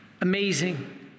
Amazing